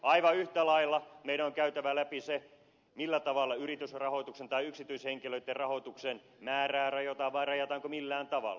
aivan yhtä lailla meidän on käytävä läpi se millä tavalla yritysrahoituksen tai yksityishenkilöitten rahoituksen määrää rajataan vai rajataanko millään tavalla